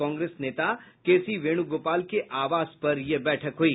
कांग्रेस नेता के सी वेणुगोपाल के आवास पर बैठक हुई